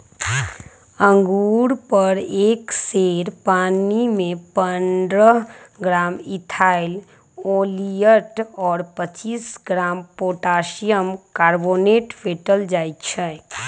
अंगुर पर एक सेर पानीमे पंडह ग्राम इथाइल ओलियट और पच्चीस ग्राम पोटेशियम कार्बोनेट फेटल जाई छै